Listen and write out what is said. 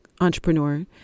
entrepreneur